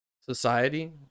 society